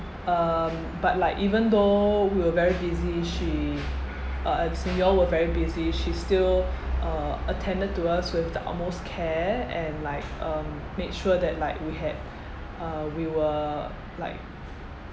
um but like even though we were very busy she uh as in you all were very busy she still uh attended to us with the utmost care and like um made sure that like we had uh we were like